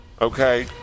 Okay